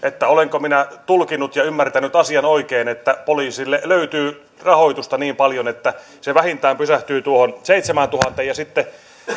olenko minä tulkinnut ja ymmärtänyt asian oikein että poliisille löytyy rahoitusta niin paljon että se vähintään pysähtyy tuohon seitsemääntuhanteen sitten